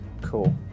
Cool